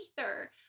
ether